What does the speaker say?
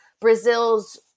Brazil's